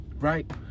right